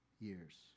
years